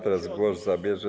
Teraz głos zabierze.